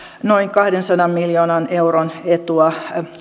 noin kahdensadan miljoonan euron etua